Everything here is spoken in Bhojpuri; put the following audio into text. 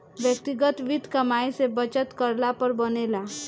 व्यक्तिगत वित्त कमाई से बचत करला पर बनेला